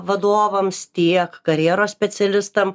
vadovams tiek karjeros specialistam